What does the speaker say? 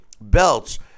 belts